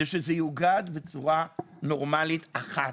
היא שזה יאוגד בצורה נורמלית אחת.